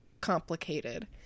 complicated